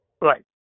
Right